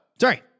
Sorry